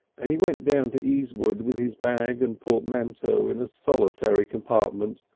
and he went down to easewood with his bag and portmanteau in a solitary compartment,